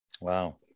wow